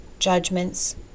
judgments